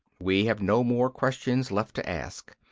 we have no more questions left to ask.